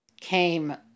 came